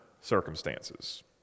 circumstances